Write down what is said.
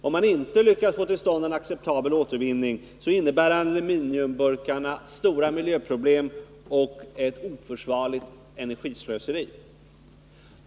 Om man inte lyckas få till stånd en acceptabel återvinning, innebär aluminiumburkarna stora miljöproblem och ett oförsvarligt energislöseri.